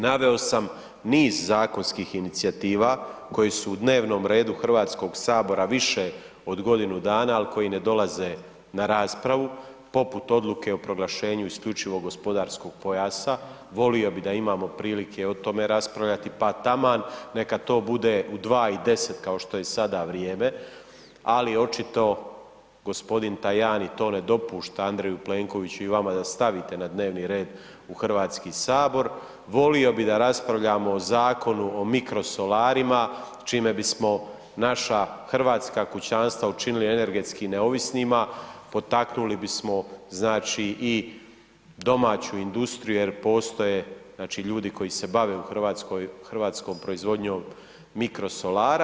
Naveo sam niz zakonskih inicijativa koje su u dnevnom redu HS više od godinu dana, al koji ne dolaze na raspravu, poput odluke o proglašenju isključivog gospodarskog pojasa, volio bi da imamo prilike o tome raspravljati, pa taman neka to bude u 2 i 10 kao što je i sada vrijeme, ali očito g. Tajani to ne dopušta Andreju Plenkoviću i vama da stavite na dnevni red u HS, volio bi da raspravljamo o Zakonu o mikrosolarima, čime bismo naša hrvatska kućanstva učinila energetski neovisnima, potaknuli bismo, znači, i domaću industriju jer postoje, znači, ljudi koji se bave u RH proizvodnjom mikrosolara.